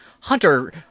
Hunter